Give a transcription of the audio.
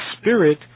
spirit